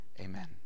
amen